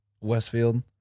Westfield